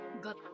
got